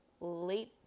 late